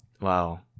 Wow